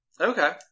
Okay